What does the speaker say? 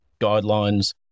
guidelines